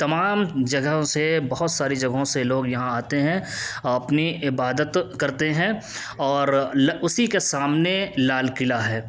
تمام جگہوں سے بہت ساری جگہوں سے لوگ یہاں آتے ہیں اپنی عبادت کرتے ہیں اور اسی کے سامنے لال قلعہ ہے